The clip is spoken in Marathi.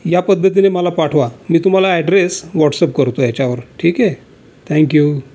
या पद्धतीने मला पाठवा मी तुम्हाला ॲड्रेस वॉट्सअप करतो याच्यावर ठीक आहे थँक यू